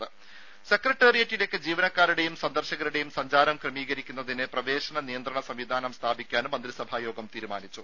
ദേദ സെക്രട്ടറിയേറ്റിലേക്ക് ജീവനക്കാരുടെയും സന്ദർശകരുടെയും സഞ്ചാരം ക്രമീകരിക്കുന്നതിന് പ്രവേശന നിയന്ത്രണ സംവിധാനം സ്ഥാപിക്കാൻ മന്ത്രിസഭാ യോഗം തീരുമാനിച്ചു